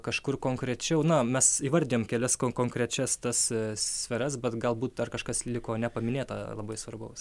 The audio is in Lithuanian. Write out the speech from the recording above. kažkur konkrečiau na mes įvardijom kelias konkrečias tas sferas bet galbūt dar kažkas liko nepaminėta labai svarbaus